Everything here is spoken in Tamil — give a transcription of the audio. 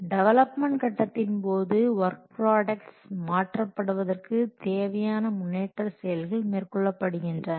டெவலப்மென்ட் கட்டத்தின் போது ஒர்க்ப்ராடக்ட்ஸ் மாற்றப்படுவதற்கு தேவையான முன்னேற்ற செயல்கள் மேற்கொள்ளப்படுகின்றன